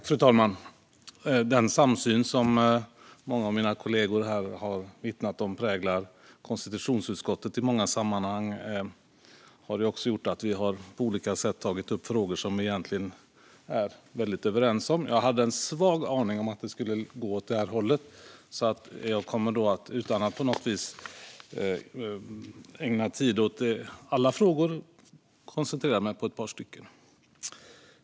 Fru talman! Den samsyn som många av mina kollegor har vittnat om präglar konstitutionsutskottet i många sammanhang har gjort att vi har tagit upp frågor där vi egentligen är väldigt överens. Jag hade en svag aning att det skulle gå åt det hållet, så jag kommer att koncentrera mig på ett par frågor.